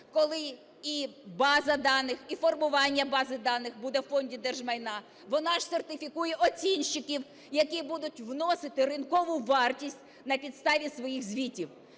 даних, і формування бази даних буде у Фонді держмайна. Вона ж сертифікує оцінщиків, які будуть вносити ринкову вартість на підставі своїх звітів.